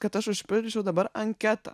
kad aš užpildyčiau dabar anketą